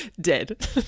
dead